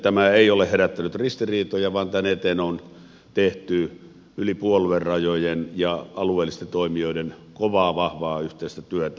tämä ei ole herättänyt ristiriitoja vaan tämän eteen on tehty yli puoluerajojen ja alueellisten toimijoiden kovaa vahvaa yhteistä työtä